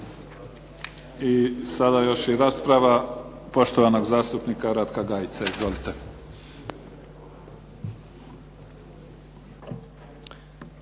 I sada još i rasprava poštovanog zastupnika Ratka Gajice. Izvolite.